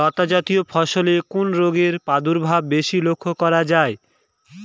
লতাজাতীয় ফসলে কোন রোগের প্রাদুর্ভাব বেশি লক্ষ্য করা যায়?